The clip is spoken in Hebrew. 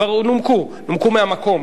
כבר נומקו מהמקום,